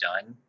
done